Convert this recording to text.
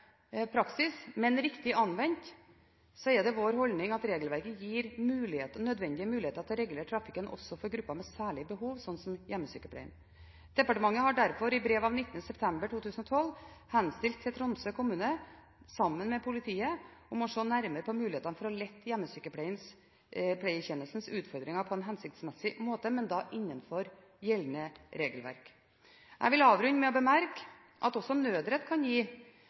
vår holdning at regelverket gir nødvendige muligheter til å regulere trafikken også for grupper med særlige behov, slik som hjemmesykepleien. Departementet har derfor i brev av 19. september 2012 henstilt til Tromsø kommune sammen med politiet om å se nærmere på mulighetene for å lette hjemmesykepleietjenestens utfordringer på en hensiktsmessig måte, men da innenfor gjeldende regelverk. Jeg vil avrunde med å bemerke at også nødrett kan gi